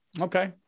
Okay